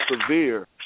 severe